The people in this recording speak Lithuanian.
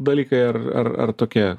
dalykai ar ar ar tokie